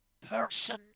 person